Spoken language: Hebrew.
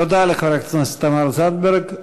תודה לחברת הכנסת תמר זנדברג.